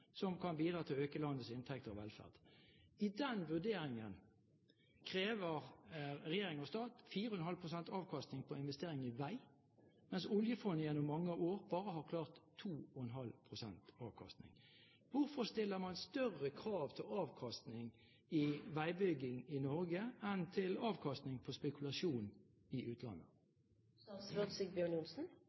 som kan bidra til å øke landets inntekter og velferd». I den vurderingen krever regjering og stat 4½ pst. avkastning på investering i vei, mens oljefondet gjennom mange år bare har klart 2½ pst. avkastning. Hvorfor stiller man større krav til avkastning av veibygging i Norge enn til avkastning av spekulasjon i